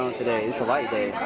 today, it's a light day.